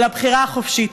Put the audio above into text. של הבחירה החופשית.